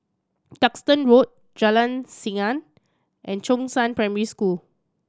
Duxton Road Jalan Senang and Chongzheng Primary School